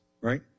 right